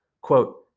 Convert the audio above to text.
Quote